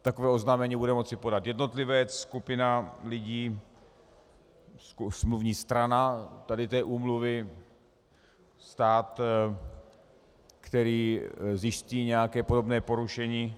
Takové oznámení bude moci podat jednotlivec, skupina lidí, smluvní strana této úmluvy, stát, který zjistí nějaké podobné porušení.